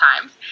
times